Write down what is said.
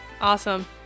Awesome